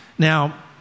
Now